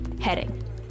Heading